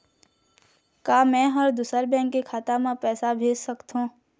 का मैं ह दूसर बैंक के खाता म पैसा भेज सकथों?